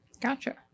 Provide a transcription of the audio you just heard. Gotcha